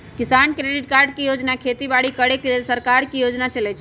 किसान credit card योजना खेती बाड़ी करे लेल सरकार के योजना चलै छै